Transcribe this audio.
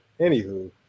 anywho